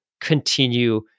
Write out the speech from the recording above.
continue